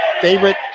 favorite